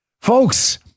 Folks